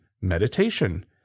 meditation